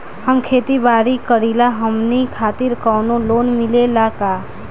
हम खेती बारी करिला हमनि खातिर कउनो लोन मिले ला का?